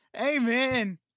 Amen